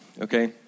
okay